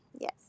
yes